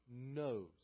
knows